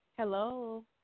Hello